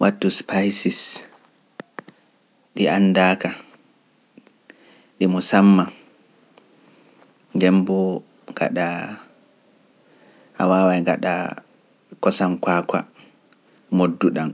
Watu spaisis ɗi anndaaka, ɗi musamman, ndenboo ngaɗa, a waawaay gaɗa kosam kwakwa, modduɗam,